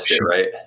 right